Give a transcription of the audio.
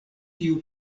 tiu